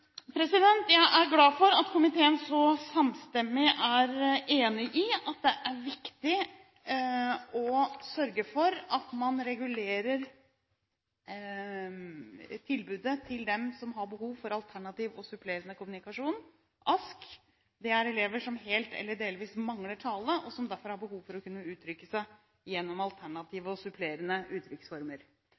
Jeg er glad for at komiteen så samstemmig er enig i at det er viktig å sørge for at man regulerer tilbudet til dem som har behov for alternativ og supplerende kommunikasjon, ASK. Dette gjelder elever som helt eller delvis mangler tale, og som derfor har behov for å kunne uttrykke seg gjennom alternative og supplerende uttrykksformer.